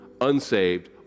unsaved